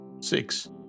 Six